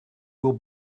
will